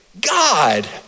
God